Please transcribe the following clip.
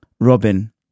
Robin